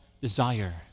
desire